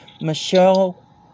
Michelle